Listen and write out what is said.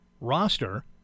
roster